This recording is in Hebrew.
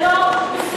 זה לא בסדר,